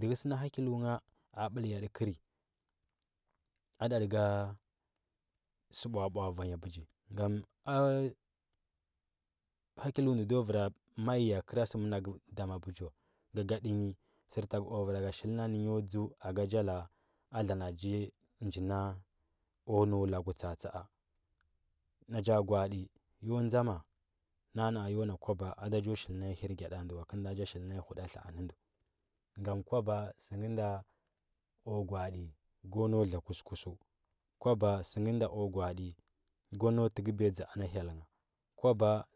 dɚhɚ. so na a hakiyu ngha ɓɚl ya kɚrɚ a ɗaɗɚ go sɚ bwabwa a varya bɚgi gam a hakitu ndɚ ndo mai ya gɚra sɚ managɚ yi sɚrtagu o vɚro shitna nɚ nyo dȝɚa aga jo lara a lana ndɚ nji nina o nɚuwo agu tsatsa. a na ja gwa’aɗi yo dȝaira nara na. a yo na kwaba a da jo shil na yi hirgyaɗi ndɚ wa kɚl nda ja shilna yi haɗatla anɚ ndɚ ngam kwaba sɚ ngɚ nda o gwa adi go nau dla kush kush suɚ kwaba sɚ ngɚ nda o gwa aɗi go nau tekɚbiya dɚɚ na hyɚl ngɚ kwaba